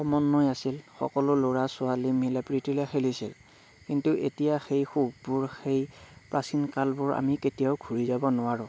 সমন্বয় আছিল সকলো ল'ৰা ছোৱালী মিলাপ্ৰীতিৰে খেলিছিল কিন্তু এতিয়া সেই সুখবোৰ সেই প্ৰাচীন কালবোৰ আমি কেতিয়াও ঘূৰি যাব নোৱাৰোঁ